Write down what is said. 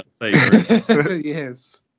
Yes